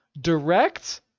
direct